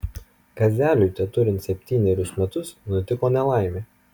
kazeliui teturint septynerius metus nutiko nelaimė